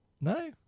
No